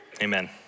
Amen